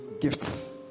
gifts